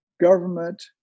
government